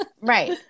Right